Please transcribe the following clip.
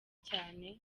cyane